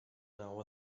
now